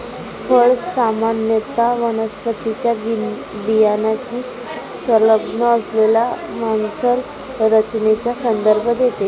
फळ सामान्यत वनस्पतीच्या बियाण्याशी संलग्न असलेल्या मांसल संरचनेचा संदर्भ देते